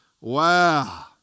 Wow